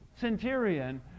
centurion